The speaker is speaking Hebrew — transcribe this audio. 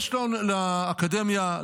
יש לאקדמיה,